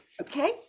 okay